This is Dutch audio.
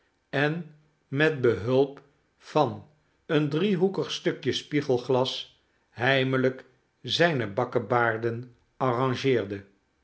en met behuip van een driehoekig stukje spiegelglas heimelijk zijne bakkebaarden arrangeerde